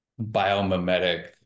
biomimetic